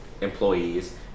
employees